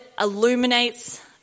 illuminates